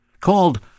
Called